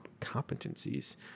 competencies